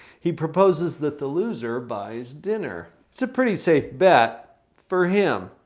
he proposes that the loser buys dinner. it's a pretty safe bet for him.